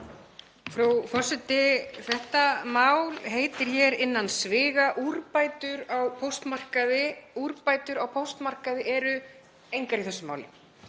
Frú forseti. Þetta mál heitir hér innan sviga Úrbætur á póstmarkaði. Úrbætur á póstmarkaði eru engar í þessu máli.